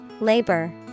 Labor